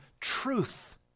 truth